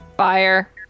fire